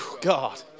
God